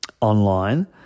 online